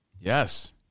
Yes